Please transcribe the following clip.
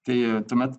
tai tuomet